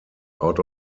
out